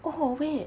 oh wait